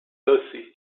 lucy